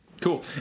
Cool